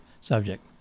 subject